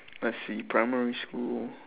let's see primary school